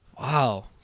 Wow